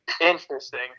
interesting